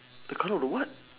the colour of the what